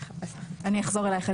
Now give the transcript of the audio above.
אני אחזור אליך.